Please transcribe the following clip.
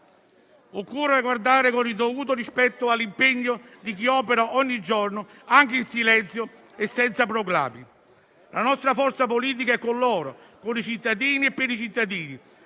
Occorre guardare con il dovuto rispetto all'impegno di chi opera ogni giorno anche in silenzio e senza proclami. La nostra forza politica è con loro, con i cittadini e per i cittadini.